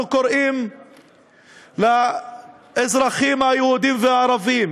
אנחנו קוראים לאזרחים היהודים והערבים